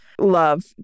love